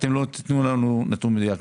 אתם לא תתנו לנו נתון מדויק.